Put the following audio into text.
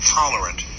tolerant